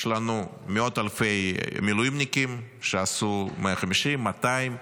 יש לנו מאות אלפי מילואימניקים שעשו 150, 200,